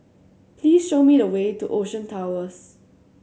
please show me the way to Ocean Towers